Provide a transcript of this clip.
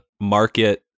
market